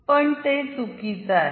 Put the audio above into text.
पण ते चुकीचे आहे